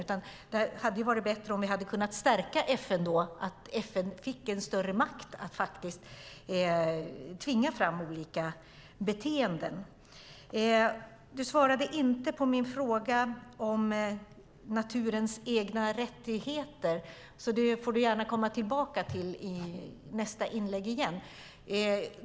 Det hade varit bättre om vi hade kunnat stärka FN, det vill säga att FN fick en större makt att tvinga fram olika beteenden. Robert Halef svarade inte på min fråga om naturens egna rättigheter. Du får gärna komma tillbaka till den frågan i nästa inlägg.